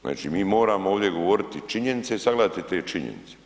Znači mi moramo ovdje govoriti činjenice i sagledati te činjenice.